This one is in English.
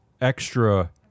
extra